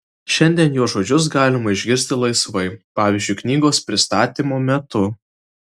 šiandien jo žodžius galima išgirsti laisvai pavyzdžiui knygos pristatymo metu